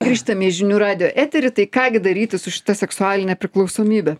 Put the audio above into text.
grįžtam į žinių radijo eterį tai ką gi daryti su šita seksualine priklausomybe